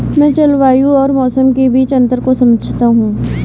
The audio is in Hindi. मैं जलवायु और मौसम के बीच अंतर को समझता हूं